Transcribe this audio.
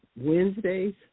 Wednesdays